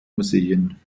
museen